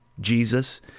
Jesus